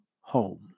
home